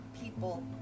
people